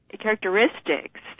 characteristics